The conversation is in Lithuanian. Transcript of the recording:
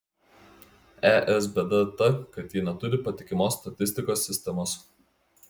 es bėda ta kad ji neturi patikimos statistikos sistemos